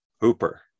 Hooper